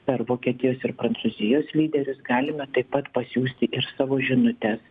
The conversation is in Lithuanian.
per vokietijos ir prancūzijos lyderius galime taip pat pasiųsti ir savo žinutes